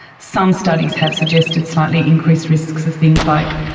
some studies have suggested slightly increased risks of things like